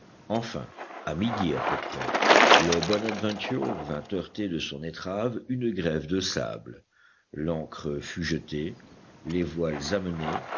enfin à midi à peu près le bonadventure vint heurter de son étrave une grève de sable l'ancre fut jetée les voiles amenées